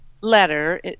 letter